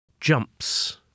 jumps